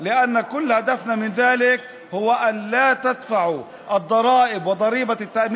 כל מטרתנו בעניין זה היא שלא תשלמו מיסים ומס ביטוח